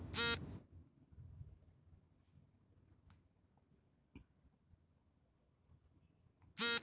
ಕೃಷಿ ಸಂಬಂದಿಸಿದ ಉಪಕರಣಗಳನ್ನು ಸರ್ಕಾರದಿಂದ ಸಹಾಯ ಪಡೆಯಲು ಇ ಕಾಮರ್ಸ್ ನ ಮೂಲಕ ಪಡೆಯಬಹುದೇ?